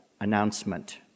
announcement